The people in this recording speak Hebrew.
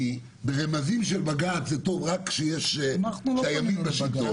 כי ברמזים של בג"ץ זה טוב רק כשהימין בשלטון,